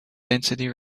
density